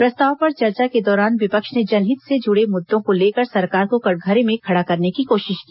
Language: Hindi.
प्रस्ताव पर चर्चा के दौरान विपक्ष ने जनहित से जुड़े मुद्दों को लेकर सरकार को कटघरे में खड़ा करने की कोशिश की